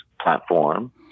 platform